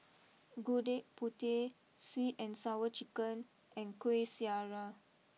Gudeg Putih sweet and Sour Chicken and Kueh Syara